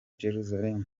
jerusalem